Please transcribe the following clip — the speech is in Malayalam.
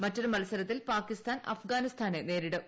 മറ്റൊരു മത്സരത്തിൽ പാകിസ്ഥാൻ അഫ്ഗാനിസ്ഥാനെ നേരിടും